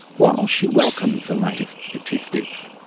while she welcomes the latest statistics,